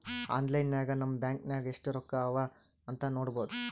online ನಾಗ್ ನಮ್ bank ನಾಗ್ ಎಸ್ಟ್ ರೊಕ್ಕಾ ಅವಾ ಅಂತ್ ನೋಡ್ಬೋದ